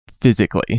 physically